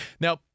Now